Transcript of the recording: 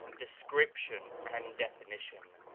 description and definition,